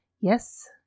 yes